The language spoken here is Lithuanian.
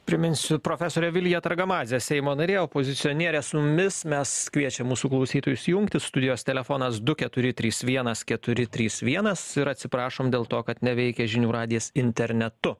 priminsiu profesorė vilija targamadzė seimo narė opozicionierė su mumis mes kviečiam mūsų klausytojus jungtis studijos telefonas du keturi trys vienas keturi trys vienas ir atsiprašom dėl to kad neveikia žinių radijas internetu